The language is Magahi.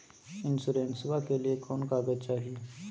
इंसोरेंसबा के लिए कौन कागज चाही?